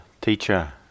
teacher